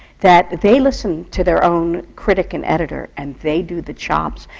that they listen to their own critic and editor and they do the chops.